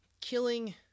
killing